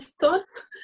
thoughts